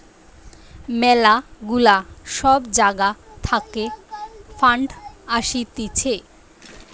ম্যালা গুলা সব জাগা থাকে ফান্ড আসতিছে